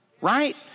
Right